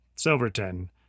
Silverton